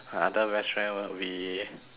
my other best friend will be